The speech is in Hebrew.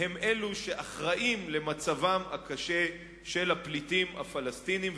הם אלו שאחראים למצבם הקשה של הפליטים הפלסטינים,